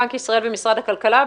בנק ישראל ומשרד הכלכלה,